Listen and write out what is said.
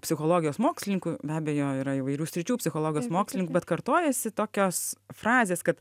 psichologijos mokslininkų be abejo yra įvairių sričių psichologijos mokslininkų bet kartojasi tokios frazės kad